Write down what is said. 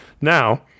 Now